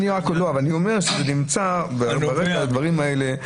אבל אני אומר שזה נמצא ברקע הדברים האלה.